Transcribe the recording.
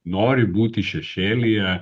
nori būti šešėlyje